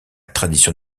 tradition